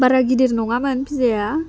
बारा गिदिर नंङामोन पिजाया